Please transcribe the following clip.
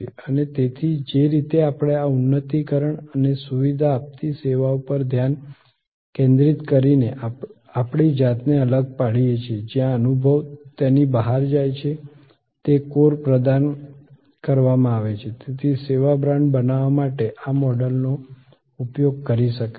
અને તેથી જે રીતે આપણે આ ઉન્નતીકરણ અને સુવિધા આપતી સેવાઓ પર ધ્યાન કેન્દ્રિત કરીને આપણી જાતને અલગ પાડીએ છીએ જ્યાં અનુભવ તેની બહાર જાય છે તે કોર દ્વારા પ્રદાન કરવામાં આવે છે તેથી સેવા બ્રાન્ડ બનાવવા માટે આ મોડેલનો ઉપયોગ કરી શકાય છે